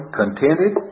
contented